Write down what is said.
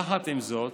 יחד עם זאת,